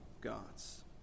gods